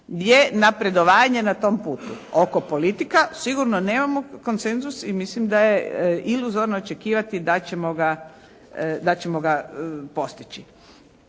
je napredovanje na tom putu. Oko politika sigurno nemamo konsenzus i mislim da je iluzorno očekivati da ćemo ga postići.